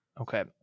okay